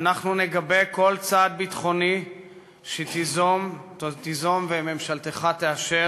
אנחנו נגבה כל צעד ביטחוני שתיזום וממשלתך תאשר